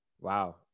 Wow